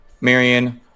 Marion